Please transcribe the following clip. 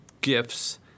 gifts—